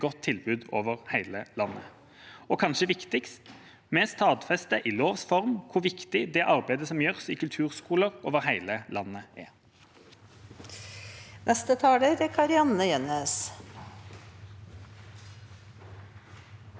tilbud over hele landet, og – kanskje viktigst – vi stadfester i lovs form hvor viktig det arbeidet som gjøres i kulturskoler over hele landet, er. Kari-Anne Jønnes